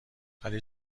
ولی